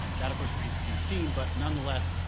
um that of course remains to be seen. but nonetheless,